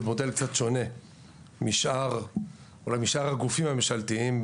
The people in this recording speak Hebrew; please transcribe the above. במודל קצת שונה משאר הגופים הממשלתיים,